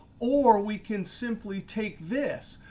or we can simply take this,